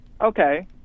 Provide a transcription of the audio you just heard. Okay